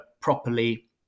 properly